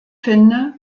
finde